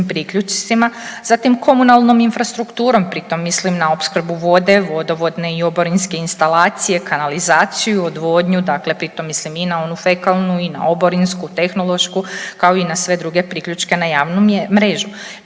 priključcima, zatim komunalnom infrastrukturom pri tom mislim na opskrbu vode, vodovodne i oborinske instalacije, kanalizaciju, odvodnju dakle pri tom mislim i na onu fekalnu i na oborinsku, tehnološku kao i na sve druge priključke na javnu mrežu